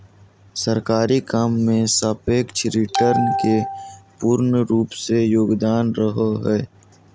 सरकारी काम मे सापेक्ष रिटर्न के पूर्ण रूप से योगदान रहो हय